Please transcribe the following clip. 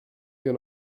wir